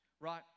right